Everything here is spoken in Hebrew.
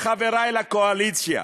חברי לקואליציה,